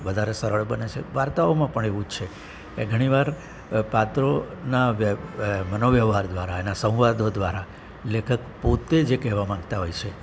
વધારે સરળ બને છે વાર્તાઓમાં પણ એવું જ છે એ ઘણીવાર પાત્રોના મનો વ્યવહાર દ્વારા એના સંવાદો દ્વારા લેખક પોતે જે કહેવા માગતા હોય છે